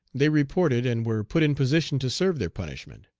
they reported, and were put in position to serve their punishment.